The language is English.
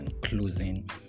closing